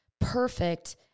perfect